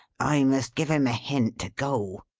i must give him a hint to go.